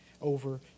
over